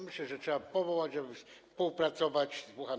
Myślę, że trzeba go powołać, żeby współpracować z Włochami.